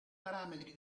parametri